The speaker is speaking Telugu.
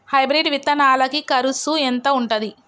హైబ్రిడ్ విత్తనాలకి కరుసు ఎంత ఉంటది?